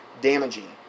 damaging